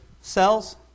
cells